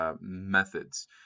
methods